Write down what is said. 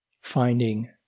finding